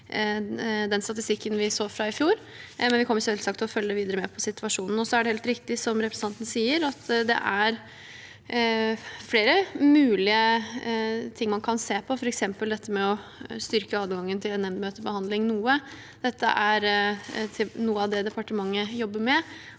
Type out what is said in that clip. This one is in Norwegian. den statistikken vi så fra i fjor, men vi kommer selvsagt til å følge videre med på situasjonen. Det er helt riktig, som representanten sier, at det er flere mulige ting man kan se på, f.eks. det med å styrke adgangen til nemndmøtebehandling noe. Dette er noe av det departementet jobber med,